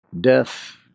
Death